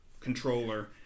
controller